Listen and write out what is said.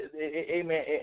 amen